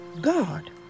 God